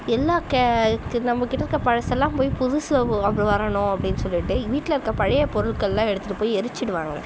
எல்லா கே நம்மக்கிட்ட இருக்கிற பழசெல்லாம் போய் புதுசு வரணும் அப்படின்னு சொல்லிவிட்டு வீட்டில் இருக்கிற பழைய பொருட்களெலாம் எடுத்துகிட்டு போய் எரித்துடுவாங்க